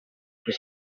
per